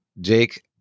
Jake